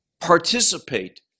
participate